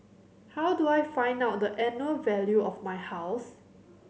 how do I find out the annual value of my house